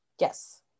Yes